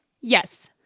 Yes